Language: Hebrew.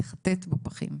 לחטט בפחים.